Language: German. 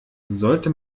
sollte